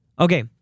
Okay